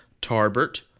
Tarbert